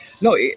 no